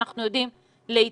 אנחנו יודעים להתמודד.